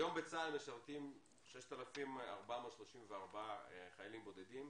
היום בצה"ל משרתים 6,434 חיילים בודדים,